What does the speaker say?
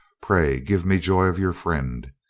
pray, give me joy of your friend.